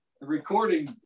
recording